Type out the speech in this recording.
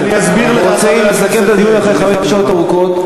אנחנו רוצים לסכם את הדיון אחרי חמש שעות ארוכות.